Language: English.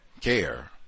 care